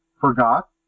forgot